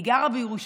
היא גרה בירושלים,